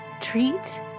treat